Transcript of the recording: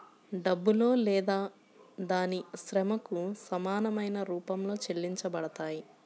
డబ్బులో లేదా దాని శ్రమకు సమానమైన రూపంలో చెల్లించబడతాయి